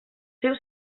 seus